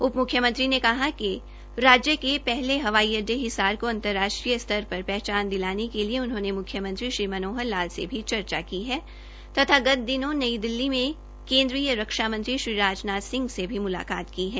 उप मुख्यमंत्री ने कहा कि राज्य के पहले हवाई अड्डे हिसार को अंतरराष्ट्रीय स्तर पर पहचान दिलाने के लिए उन्होंने मुख्यमंत्री श्री मनोहर लाल से भी चर्चा की है तथा गत दिनों नई दिल्ली में केंद्रीय रक्षा मंत्री श्री राजनाथ सिंह से भी मुलाकात की है